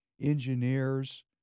engineers